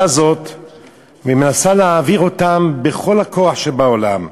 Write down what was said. הזאת מנסה להעביר אותם בכל הכוח שבעולם.